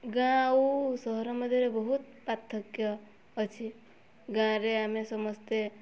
ଗାଁ ଆଉ ସହର ମଧ୍ୟରେ ବହୁତ ପାର୍ଥକ୍ୟ ଅଛି ଗାଁରେ ଆମେ ସମସ୍ତେ